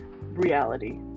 reality